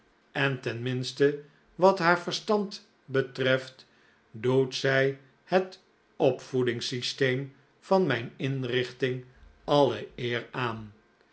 en ten minste wat haar verstand betreft doet zij het opvoedingssysteem van mijn inrichting alle eer aan